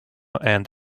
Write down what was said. and